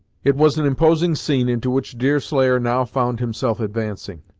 it was an imposing scene into which deerslayer now found himself advancing.